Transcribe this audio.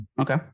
Okay